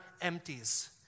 empties